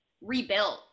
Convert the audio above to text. rebuilt